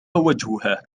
وجهها